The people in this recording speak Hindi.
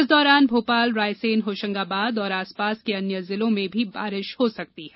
इस दौरान भोपाल रायसेन होशंगाबाद और आसपास के अन्य जिलों में भी बारिश हो सकती है